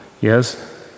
yes